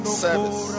service